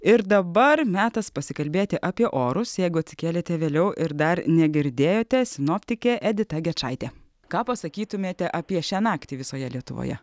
ir dabar metas pasikalbėti apie orus jeigu atsikėlėte vėliau ir dar negirdėjote sinoptikė edita gečaitė ką pasakytumėte apie šią naktį visoje lietuvoje